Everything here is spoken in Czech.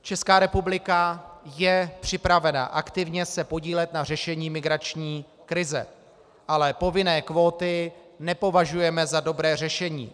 Česká republika je připravena aktivně se podílet na řešení migrační krize, ale povinné kvóty nepovažujeme za dobré řešení.